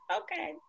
okay